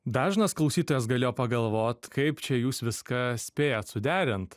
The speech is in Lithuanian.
dažnas klausytojas galėjo pagalvoti kaip čia jūs viską spėjat suderint